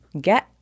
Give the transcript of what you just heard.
Get